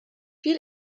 viel